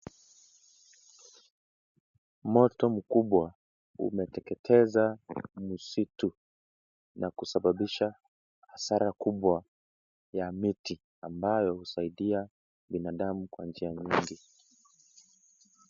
Moto mkubwa umeteketeza msitu na kusababisha hasara kubwa ya miti ambayo husaidia binadamu kwa njia nyingi.